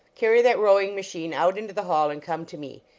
carry that rowing machine out into the hall, and come to me.